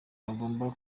bagomba